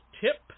tip